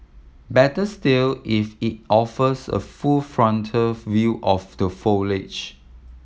better still if it offers a full frontal view of the foliage